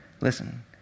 listen